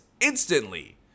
instantly